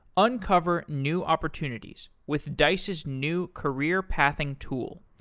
uncover new opportunities with dice's new career-pathing tool,